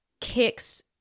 kicks